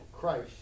Christ